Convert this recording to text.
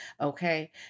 Okay